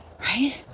right